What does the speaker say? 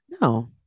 No